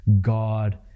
God